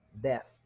death